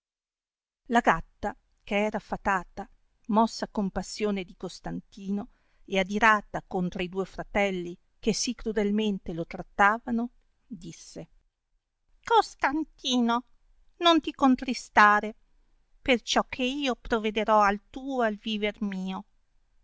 la gatta che era fatata mossa a compassione di costantino e adirata contra i duo fratelli che sì crudelmente lo trattavano disse costantino non ti contristare pei ciò che io provederò al tuo e al viver mio